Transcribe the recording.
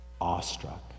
Awestruck